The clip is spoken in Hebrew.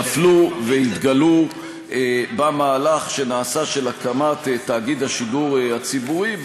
שנפלו והתגלו במהלך שנעשה של הקמת תאגיד השידור הציבורי.